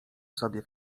sobie